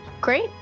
Great